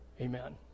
Amen